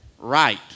right